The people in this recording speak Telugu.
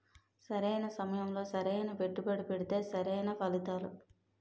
సరైన సమయంలో సరైన పెట్టుబడి పెడితే సరైన ఫలితాలు